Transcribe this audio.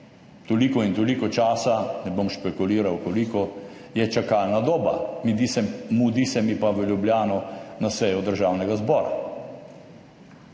toliko in toliko časa, ne bom špekuliral koliko, je čakalna doba, mudi se mi pa v Ljubljano na sejo Državnega zbora.